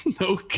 no